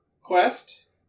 quest